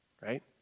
right